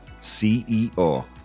CEO